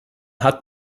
hat